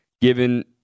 given